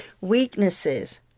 weaknesses